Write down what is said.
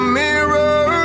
mirror